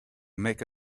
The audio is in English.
make